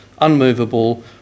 unmovable